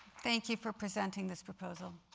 thank you for presenting this proposal.